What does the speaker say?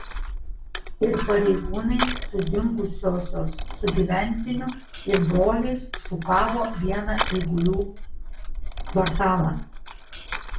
ir pareigūnai su dingusiosios sugyventiniu ir broliais šukavo vieną eigulių kvartalą